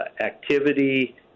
activity